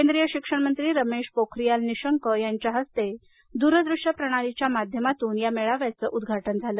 केंद्रीय शिक्षण मंत्री रमेश पोखरियाल निशंक यांच्या हस्ते दूरदृश्य प्रणालीच्या माध्यमातून या मेळाव्याचं उद्घाटन झालं